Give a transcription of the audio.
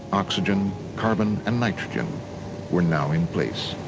oxygen, carbon, and nitrogen were now in place.